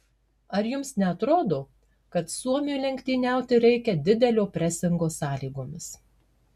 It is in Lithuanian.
ar jums neatrodo kad suomiui lenktyniauti reikia didelio presingo sąlygomis